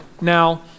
now